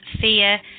fear